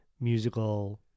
musical